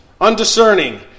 Undiscerning